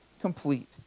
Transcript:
complete